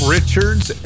Richards